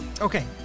Okay